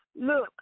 Look